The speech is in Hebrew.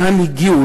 לאן הגיעו?